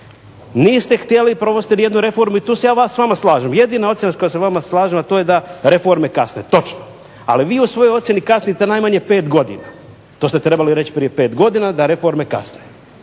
Niste htjeli, prvo ste jednu reformu i tu se ja s vama slažem, jedina ocjena o kojoj se s vama slažem a to je da reforme kasne. Točno. Ali vi u svojoj ocjeni kasnite najmanje 5 godina, to ste trebali reći prije 5 godina da reforme kasne.